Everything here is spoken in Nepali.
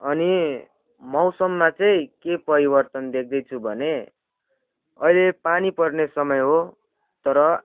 अनि मौसममा चाहिँ के पयिवर्तन देख्दैछु भने अहिले पानी पर्ने समय हो तर